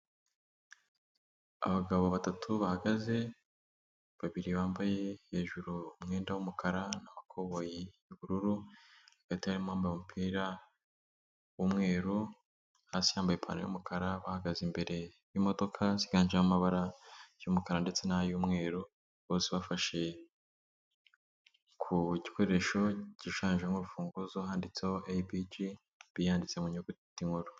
Abagabo batatu bahagaze, babiri bambaye hejuru umwenda w'umukara n'amakoboyi y'ubururu, hagati harimo uwambaye umupira w'umweru, hasi yambaye ipantaro y'umukara, bahagaze imbere y'imodoka ziganjemo amabara y'umukara ndetse nay'umweru, bose bafashe ku gikoresho gishushanjeho urufunguzo, handitseho IBG biyanditse mu nyuguti nkuru.